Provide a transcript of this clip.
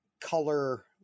color